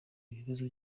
ibibazo